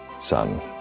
son